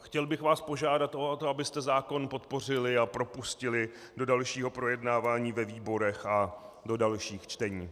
Chtěl bych vás požádat o to, abyste zákon podpořili a propustili do dalšího projednání ve výborech a do dalších čtení.